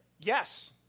Yes